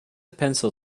pencil